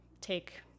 take